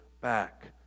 back